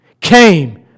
came